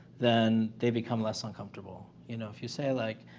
then they become less uncomfortable. you know, if you say, like,